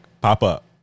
pop-up